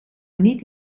niet